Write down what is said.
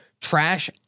trash